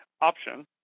option